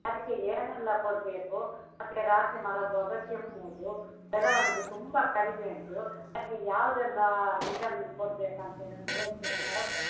ಅದಕ್ಕೆ ಏನೆಲ್ಲ ಕೊಡಬೇಕು ಮತ್ತು ರಾತ್ರಿ ಮಲಗುವಾಗ ಕೆಮ್ಮುವುದು ಬೆಳವಣಿಗೆ ತುಂಬ ಕಡಿಮೆ ಉಂಟು ಅದಕ್ಕೆ ಯಾವುದೆಲ್ಲ ವಿಟಮಿನ್ ಕೊಡ್ಬೇಕು ಅಂತೇನಾದರು ಹೇಳ್ತೀರಾ ಮೇಡಮ್